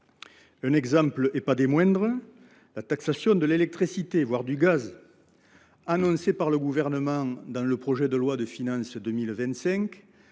un exemple, et pas des moindres : la taxation de l’électricité, voire du gaz, annoncée par le Gouvernement dans le cadre du projet de loi de finances pour